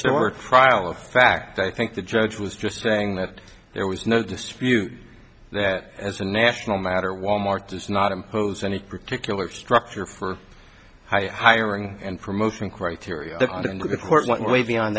summer trial of fact i think the judge was just saying that there was no dispute that as a national matter wal mart does not impose any particular structure for hiring and promotion criteria that under the court went way beyond